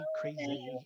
crazy